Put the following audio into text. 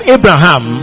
Abraham